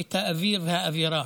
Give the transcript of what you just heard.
את האוויר והאווירה.